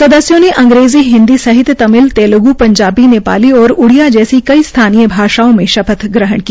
सदस्यों ने अंग्रेजी हिन्दी सहित तमिल तेलगु पंजाबी नेपाली और उब्रिया जैसी कई स्थानीय भाषाओं में शपथ ली